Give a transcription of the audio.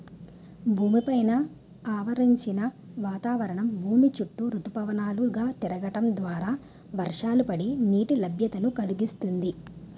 భూమి పైన ఆవరించిన వాతావరణం భూమి చుట్టూ ఋతుపవనాలు గా తిరగడం ద్వారా వర్షాలు పడి, నీటి లభ్యతను కలిగిస్తుంది